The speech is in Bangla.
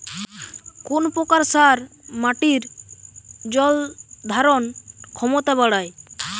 কোন প্রকার সার মাটির জল ধারণ ক্ষমতা বাড়ায়?